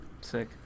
Sick